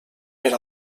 per